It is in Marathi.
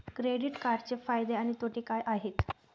क्रेडिट कार्डचे फायदे आणि तोटे काय आहेत?